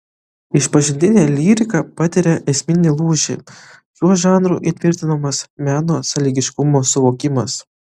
išpažintinė lyrika patiria esminį lūžį šiuo žanru įtvirtinamas meno sąlygiškumo suvokimas